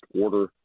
order